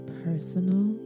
personal